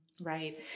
Right